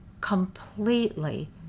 completely